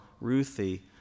Ruthie